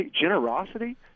Generosity